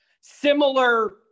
similar